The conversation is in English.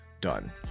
done